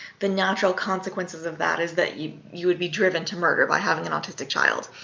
the natural consequences of that is that you you would be driven to murder by having an autistic child.